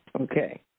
Okay